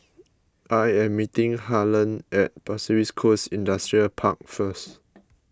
I am meeting Harlon at Pasir Ris Coast Industrial Park first